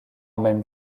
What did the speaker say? même